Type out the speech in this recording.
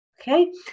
okay